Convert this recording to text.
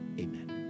Amen